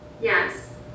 Yes